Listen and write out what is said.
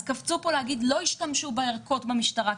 אז קפצו פה להגיד: לא השתמשו בערכות במשטרה,